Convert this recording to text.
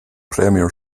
premier